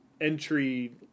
entry